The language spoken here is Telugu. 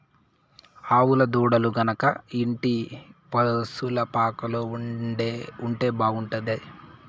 ఆవుల దూడలు గనక ఇంటి పశుల పాకలో ఉంటే బాగుంటాది